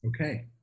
Okay